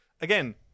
again